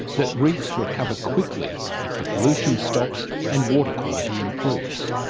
that reefs recover quickly if the pollution stops and water quality improves.